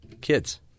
kids